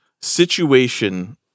situation